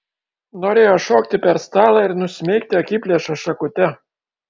norėjo šokti per stalą ir nusmeigti akiplėšą šakute